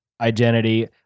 identity